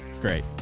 Great